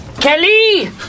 kelly